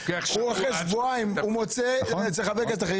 ואחרי שבוע-שבועיים הוא מוצא עבודה אצל חבר הכנסת אחר.